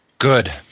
Good